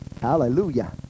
Hallelujah